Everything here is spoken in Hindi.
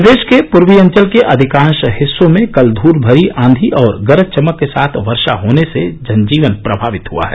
प्रदेश के पूर्वी अंचल के अधिकांश हिस्सों में कल धूल भरी आंधी और गरज चमक के साथ वर्षा होने से जन जीवन प्रभावित हुआ है